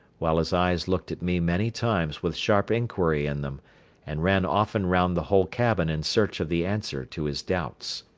while his eyes looked at me many times with sharp inquiry in them and ran often round the whole cabin in search of the answer to his doubts.